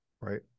Right